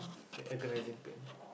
agonizing pain